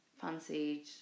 fancied